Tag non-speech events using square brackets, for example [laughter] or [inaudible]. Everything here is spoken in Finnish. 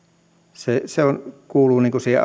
se se kuuluu niin kuin siihen [unintelligible]